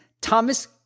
Thomas